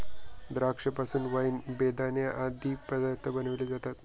द्राक्षा पासून वाईन, बेदाणे आदी पदार्थ बनविले जातात